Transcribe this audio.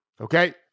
Okay